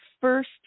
first